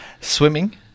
Swimming